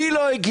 מי לא הגיש